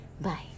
Bye